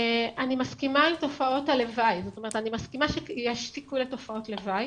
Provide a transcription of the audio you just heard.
אני מסכימה שיש סיכוי לתופעות לוואי.